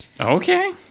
Okay